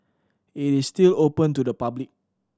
it is still open to the public